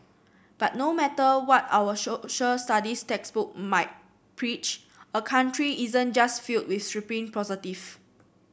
but no matter what our Social Studies textbook might preach a country isn't just filled with supreme positive